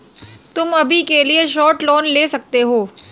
तुम अभी के लिए शॉर्ट लोन ले सकते हो